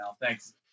Thanks